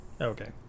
okay